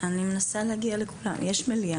אנחנו חייבים לטפל בנושא הענישה.